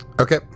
Okay